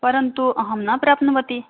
परन्तु अहं न प्राप्तवती